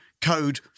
code